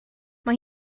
mae